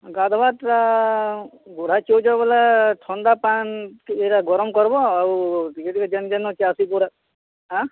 କା ଦବା ଥଣ୍ଡା ପାନ୍ କେ ଗରମ୍ କର୍ବ ଆଉ ଧୀରେ ଧୀରେ ଯେନ୍ ଯେନ୍ ଆଁ